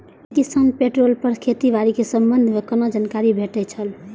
ई Kisan portal पर खेती बाड़ी के संबंध में कोना जानकारी भेटय छल?